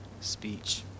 speech